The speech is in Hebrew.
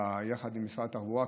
יחד עם משרד התחבורה,